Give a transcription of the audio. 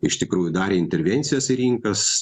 iš tikrųjų darė intervencijas į rinkas